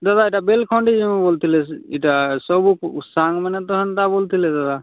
ଦାଦା ଏଟା ବେଲ୍ଖଣ୍ଡି ଯିମୁ ବୋଲୁଥିଲେ ସେ ଇଟା ସବୁ ପୁ ସାଙ୍ଗ୍ମାନେ ତ ହେନ୍ତା ବୋଲୁଥିଲେ ଦାଦା